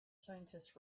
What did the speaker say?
scientist